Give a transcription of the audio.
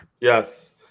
Yes